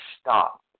stop